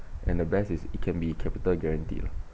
and the best is it can be capital guaranteed